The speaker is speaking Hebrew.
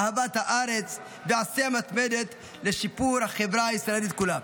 אהבת הארץ ועשייה מתמדת לשיפור החברה הישראלית כולה.